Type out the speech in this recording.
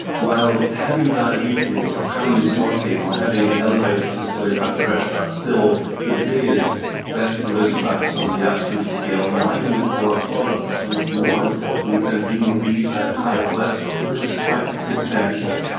while having diabetes or currently smoking or having elevated systolic blood pressure are still the biggest vascular vascular risk factors on the absolute scale, migraine with aura follows, and it's more important than being obese or having high cholesterol, which is quite substantial.